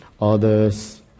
others